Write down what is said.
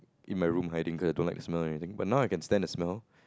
in my room hiding cause I don't like the smell or anything but now I can stand the smell